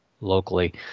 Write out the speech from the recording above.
locally